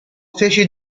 fece